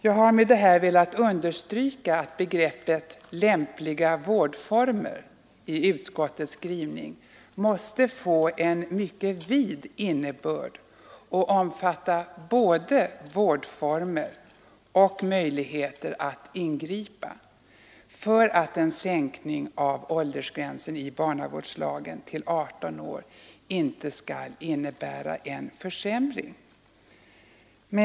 Jag har med detta velat understryka att begreppet ”lämpliga vårdformer” i utskottets skrivning måste få en mycket vid innebörd och omfatta både vårdformer och möjligheter att ingripa för att en sänkning av åldersgränsen i barnavårdslagen till 18 år inte skall innebära en försämring.